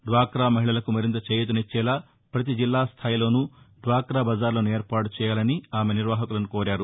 డ్వాక్రా మహిళలకు మరింత చేయూతనిచ్చేలా పతి జిల్లా స్థాయిలోనూ డ్వాకా బజార్లను ఏర్పాటు చేయాలని ఆమె నిర్వాహకులను కోరారు